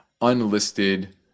unlisted